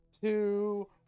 two